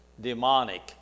demonic